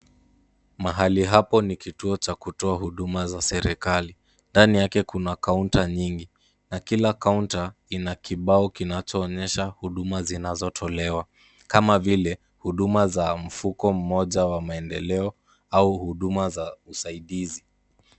Mahali hapo ni kituo cha kutoa huduma za serikali . Ndani yake kuna kaunta nyingi na kila kaunta ina kibao kinachoonyesha huduma zinazotolewa kama vile, huduma za mfuko mmoja wa maendeleo au huduma za usaidizi.